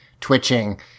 twitching